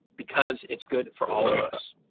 because it's good for all of us.